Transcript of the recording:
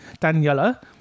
Daniela